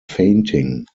fainting